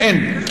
אין.